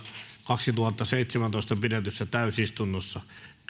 kaksituhattaseitsemäntoista pidetyssä täysistunnossa